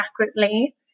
accurately